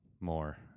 more